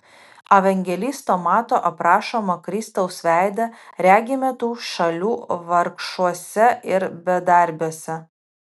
evangelisto mato aprašomą kristaus veidą regime tų šalių vargšuose ir bedarbiuose